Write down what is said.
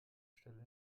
stelle